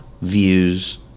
views